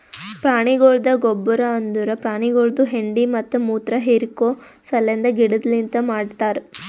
ಪ್ರಾಣಿಗೊಳ್ದ ಗೊಬ್ಬರ್ ಅಂದುರ್ ಪ್ರಾಣಿಗೊಳ್ದು ಹೆಂಡಿ ಮತ್ತ ಮುತ್ರ ಹಿರಿಕೋ ಸಲೆಂದ್ ಗಿಡದಲಿಂತ್ ಮಾಡ್ತಾರ್